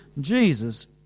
Jesus